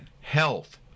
Health